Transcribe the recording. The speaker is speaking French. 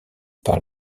par